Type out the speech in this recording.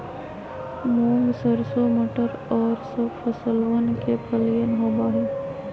मूंग, सरसों, मटर और सब फसलवन के फलियन होबा हई